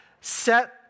set